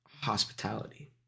hospitality